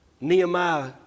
Nehemiah